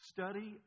Study